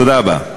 תודה רבה.